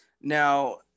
Now